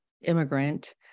immigrant